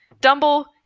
Dumble